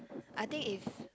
I think if